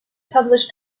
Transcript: published